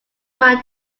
mind